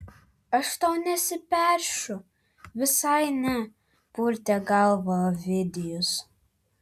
aš tau nesiperšu visai ne purtė galvą ovidijus